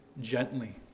gently